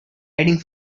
heading